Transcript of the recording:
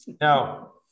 Now